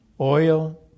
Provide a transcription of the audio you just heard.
oil